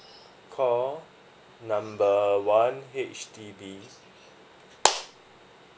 call number one H_D_B